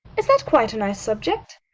is that quite a nice subject?